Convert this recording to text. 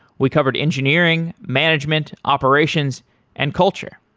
we covered engineering, management, operations and culture.